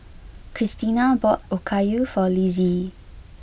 Kristina bought Okayu for Lizzie